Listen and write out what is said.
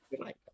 right